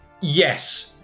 yes